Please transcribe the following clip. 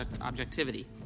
objectivity